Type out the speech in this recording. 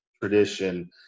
tradition